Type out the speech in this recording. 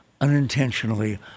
unintentionally